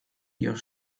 your